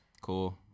Cool